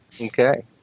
Okay